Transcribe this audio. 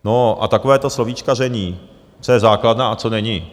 No a takové to slovíčkaření, co je základna a co není...